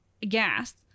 gas